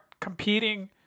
competing